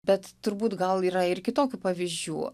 bet turbūt gal yra ir kitokių pavyzdžių